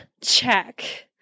Check